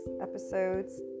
Episodes